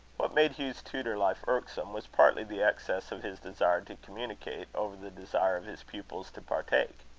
what made hugh's tutor-life irksome, was partly the excess of his desire to communicate, over the desire of his pupils to partake.